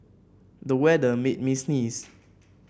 the weather made me sneeze